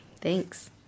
Thanks